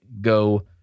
go